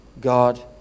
God